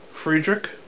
Friedrich